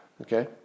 Okay